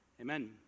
amen